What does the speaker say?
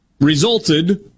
resulted